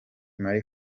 marie